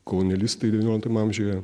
kolonialistai devynioliktame amžiuje